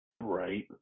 Right